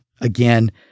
again